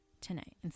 tonight